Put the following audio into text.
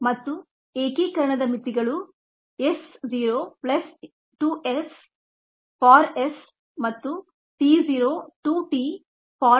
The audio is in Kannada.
ಮತ್ತು ಏಕೀಕರಣದ ಮಿತಿಗಳು S0 to S for S ಮತ್ತು t0 to t for t ಮತ್ತು t0 0